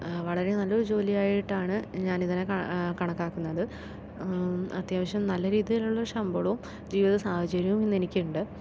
വളരേ നല്ലൊരു ജോലിയായിട്ടാണ് ഞാനിതിനേ കണക്കാക്കുന്നത് അത്യാവശ്യം നല്ല രീതിലുള്ള ശമ്പളവും ജീവിത സാഹചര്യവും ഇന്നെനിക്കുണ്ട്